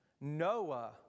Noah